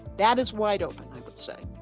that is wide open i would say.